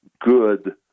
good